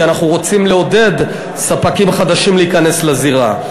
כי אנחנו רוצים לעודד ספקים חדשים להיכנס לזירה.